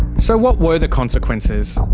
so what were the consequences?